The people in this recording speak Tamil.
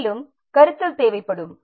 மேலும் கருத்தில் தேவைப்படும்